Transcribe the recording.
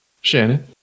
Shannon